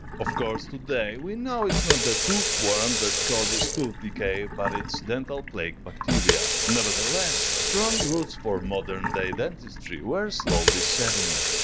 of course, today we know it's not the tooth worm that causes tooth decay but it's dental plaque bacteria. nevertheless, strong roots for modern-day dentistry were slowly setting.